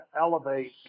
elevate